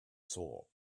saw